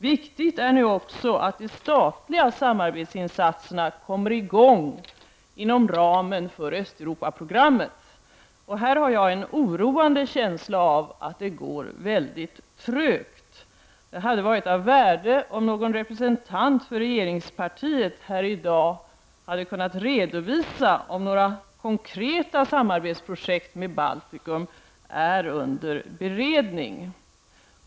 Viktigt är nu också att de statliga samarbetsinsatserna kommer i gång inom ramen för Östeuropaprogrammet. Här har jag en oroande känsla av att det går mycket trögt. Det hade varit av värde om någon representant för regeringspartiet här i dag hade kunnat redovisa om några konkreta samarbetsprojekt med Baltikum är under beredning.